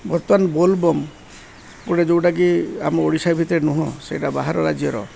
ବର୍ତ୍ତମାନ ବୋଲବମ୍ ଗୋଟେ ଯେଉଁଟାକି ଆମ ଓଡ଼ିଶା ଭିତରେ ନୁହଁ ସେଇଟା ବାହାର ରାଜ୍ୟର